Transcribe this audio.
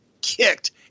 kicked